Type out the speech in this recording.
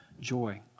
joy